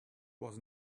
was